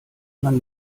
man